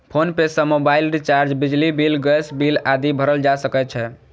PhonePe सं mobile recharge, बिजली bill, gas bill आदि भरल जा सकै छै